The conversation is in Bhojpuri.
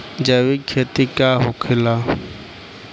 जैविक खेती का होखेला?